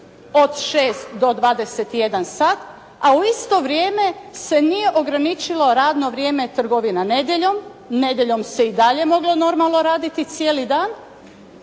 od 6 do 21 sat, a u isto vrijeme se nije ograničilo radno vrijeme trgovina nedjeljom, nedjeljom se i dalje moglo raditi cijeli dan,